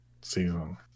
season